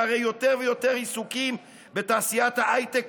שהרי יותר ויותר עיסוקים בתעשיית ההייטק